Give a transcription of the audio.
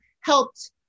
helped